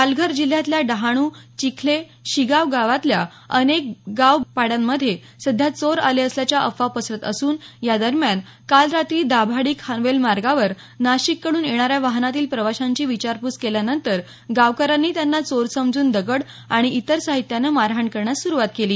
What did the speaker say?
पालघर जिल्ह्यातल्या डहाणू चिखले शिगाव भागातल्या अनेक गाव पाड्यांमध्ये सध्या चोर आले असल्याच्या अफवा पसरत असून या दरम्यान काल रात्री दाभाडी खानवेल मार्गावर नाशिक कडून येणाऱ्या वाहनातील प्रवाशांची विचारपूस केल्यानंतर गावकऱ्यांनी त्यांना चोर समजून दगड आणि इतर साहित्यानं मारहाण करण्यास सुरुवात केली